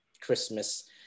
Christmas